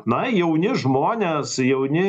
na jauni žmonės jauni